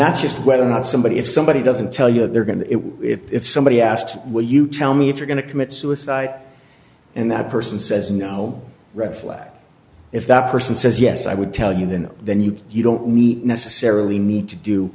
that's just whether or not somebody if somebody doesn't tell you that they're going to it if somebody asked will you tell me if you're going to commit suicide and that person says no red flag if that person says yes i would tell you then then you you don't necessarily